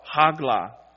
Hagla